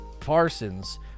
Parsons